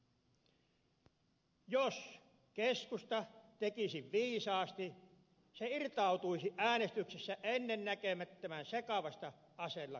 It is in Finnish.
jos keskusta tekisi viisaasti se irtautuisi äänestyksessä ennennäkemättömän sekavasta aselakiesityksestä